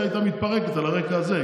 הקואליציה הייתה מתפרקת על הרקע הזה,